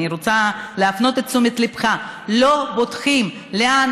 אני רוצה להפנות את תשומת ליבך: לא בודקים לאן